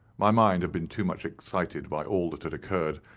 my mind had been too much excited by all that had occurred,